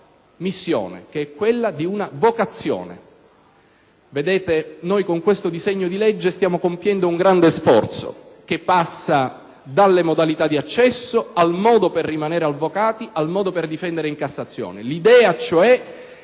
missione, che è quella di una vocazione. Noi con questo disegno di legge stiamo compiendo un grande sforzo che passa dalle modalità di accesso al modo per rimanere avvocati, al modo per difendere in Cassazione,